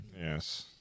Yes